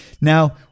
Now